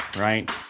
right